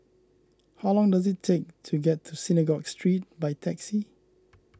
how long does it take to get to Synagogue Street by taxi